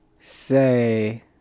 say